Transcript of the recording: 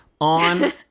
on